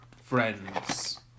friends